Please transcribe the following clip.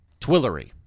Twillery